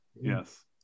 Yes